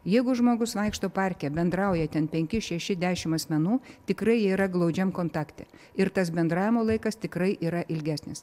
jeigu žmogus vaikšto parke bendrauja ten penki šeši dešimt asmenų tikrai yra glaudžiam kontakte ir tas bendravimo laikas tikrai yra ilgesnis